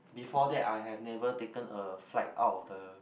before that I have never taken a flight out of the